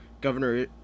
Governor